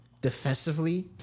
defensively